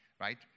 right